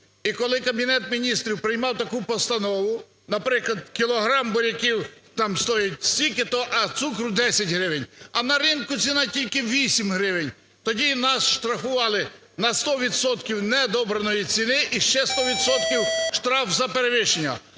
І коли Кабінет Міністрів приймав таку постанову, наприклад, кілограм буряків там стоїть стільки-то, а цукру – 10 гривень, а ринку ціна – тільки 8 гривень, тоді нас штрафували на 100 відсотків недобраної ціни і ще 100 відсотків – штраф за перевищення.